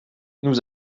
nous